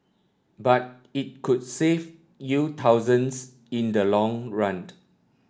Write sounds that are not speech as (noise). but it could save you thousands in the long run (unintelligible)